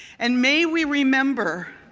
and may we remember,